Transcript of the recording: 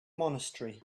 monastery